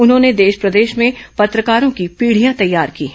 उन्होंने देश प्रदेश में पत्रकारों की पीढ़ियां तैयार की हैं